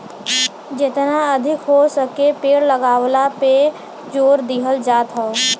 जेतना अधिका हो सके पेड़ लगावला पे जोर दिहल जात हौ